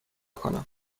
کنم